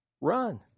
run